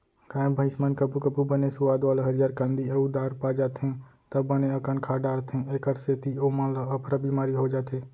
गाय भईंस मन कभू कभू बने सुवाद वाला हरियर कांदी अउ दार पा जाथें त बने अकन खा डारथें एकर सेती ओमन ल अफरा बिमारी हो जाथे